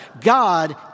God